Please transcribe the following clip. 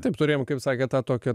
taip turėjom kaip sakėt tą tokią